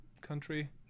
country